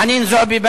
חנין זועבי.